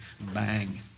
bang